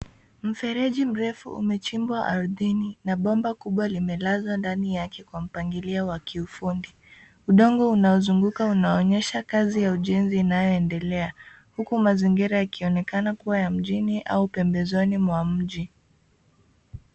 Mfereji mrefu umechimbwa ardhini na bomba kubwa limelazwa ndani yake kwa mpangilio wa kiufundi. Udongo unaozunguka unaonyesha kazi ya ujenzi inayoendelea huku mazingira yakionekana kuwa ya mjini au pembezoni mwa mji.